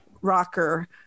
rocker